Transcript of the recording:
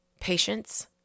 Patience